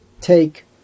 take